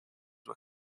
were